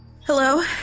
Hello